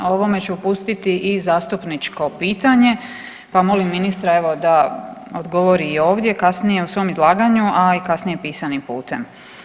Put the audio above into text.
O ovome ću pustiti i zastupničko pitanje pa molim ministra da odgovori i ovdje kasnije u svom izlaganju, a i kasnije pisanim putem.